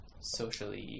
socially